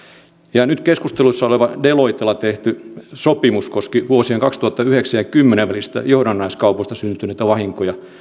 ja nyt keskusteluissa oleva deloittella tehty sopimus koski vuosien kaksituhattayhdeksän viiva kaksituhattakymmenen johdannaiskaupoista syntyneitä vahinkoja